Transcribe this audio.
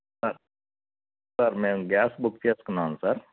sir sir మేము gas book చేసుకున్నాము sir